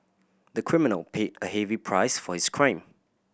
the criminal paid a heavy price for his crime